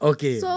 Okay